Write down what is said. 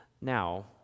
Now